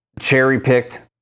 cherry-picked